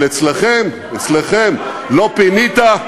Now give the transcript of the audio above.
אבל אצלכם, אצלכם: לא פינית,